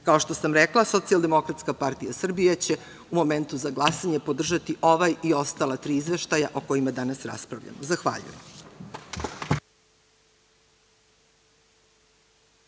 što sam rekla Socijaldemokratska partija Srbije će u momentu za glasanje podržati ovaj i ostala tri izveštaja o kojima danas raspravljamo. Zahvaljujem.